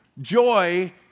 Joy